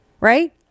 Right